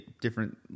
different